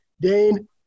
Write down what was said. Dane